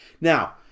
Now